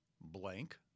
blank